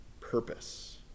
purpose